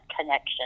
connection